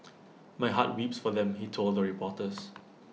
my heart weeps for them he told the reporters